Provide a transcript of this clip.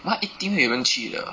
bar 一定会有人去的